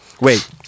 Wait